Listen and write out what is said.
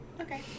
Okay